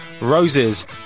Roses